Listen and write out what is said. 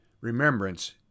remembrance